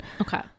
Okay